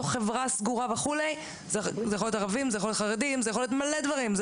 בתוך חברה סגורה זה יכול להיות ערבים או חרדים אתם